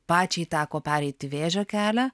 pačiai teko pereiti vėžio kelią